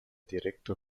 direktor